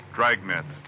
Dragnet